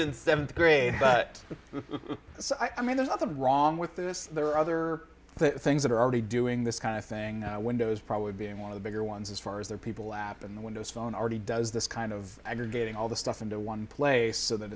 you grade but so i mean there's nothing wrong with this there are other things that are already doing this kind of thing windows probably being one of the bigger ones as far as their people lap and the windows phone already does this kind of aggregating all the stuff into one place so that